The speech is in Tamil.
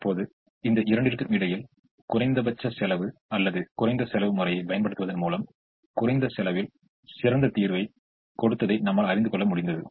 இப்போது இரண்டிற்கும் இடையில் குறைந்தபட்ச செலவு அல்லது குறைந்த செலவு முறையை பயன்படுத்துவதன் மூலம் குறைந்த செலவில் சிறந்த தீர்வைக் கொடுத்ததை நம்மால் அறிந்து கொள்ள முடிந்தது